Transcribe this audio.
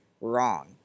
Wrong